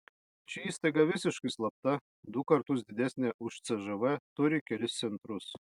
ši įstaiga visiškai slapta du kartus didesnė už cžv turi kelis centrus